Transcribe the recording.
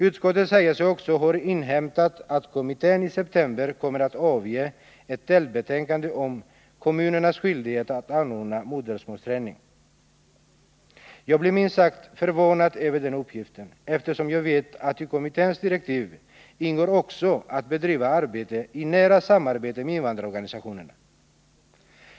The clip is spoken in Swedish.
Utskottet säger sig också ha inhämtat att kommittén i september kommer att avge ett delbetänkande om kommunernas skyldighet att anordna modersmålsträning. Jag blev minst sagt förvånad över den uppgiften, eftersom jag vet att det i kommitténs direktiv också ingår att den skall bedriva arbetet i nära samarbete med invandrarorganisationerna.